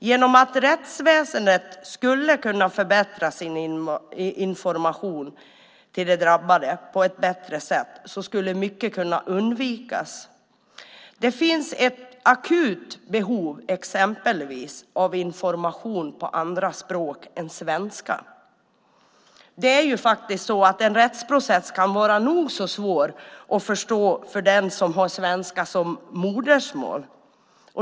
Genom att rättsväsendet skulle kunna förbättra sin information till de drabbade på ett bättre sätt skulle mycket kunna undvikas. Det finns exempelvis ett akut behov av information på andra språk än svenska. En rättsprocess kan faktiskt vara nog så svår att förstå för den som har svenska som modersmål.